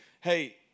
hey